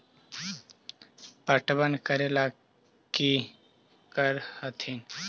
पटबन करे ला की कर हखिन?